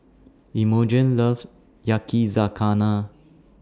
Imogene loves Yakizakana